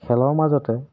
খেলৰ মাজতে